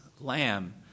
lamb